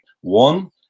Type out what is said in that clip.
One